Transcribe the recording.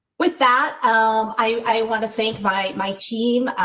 with that um i want to thank my my team.